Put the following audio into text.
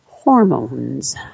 Hormones